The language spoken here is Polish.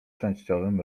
częściowym